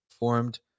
formed